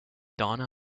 donna